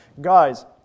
Guys